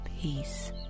peace